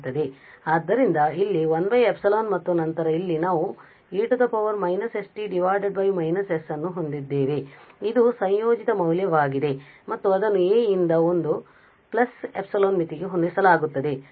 ಆದ್ದರಿಂದ ಇಲ್ಲಿ 1ε ಮತ್ತು ನಂತರ ಇಲ್ಲಿ ನಾವು e −st −s ಅನ್ನು ಹೊಂದಿದ್ದೇವೆ ಇದು ಸಂಯೋಜಿತ ಮೌಲ್ಯವಾಗಿದೆ ಮತ್ತು ಅದನ್ನು a ರಿಂದ ಒಂದು ε ಮಿತಿಗೆ ಹೊಂದಿಸಲಾಗುತ್ತದೆ